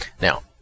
Now